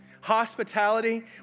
Hospitality